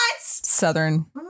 Southern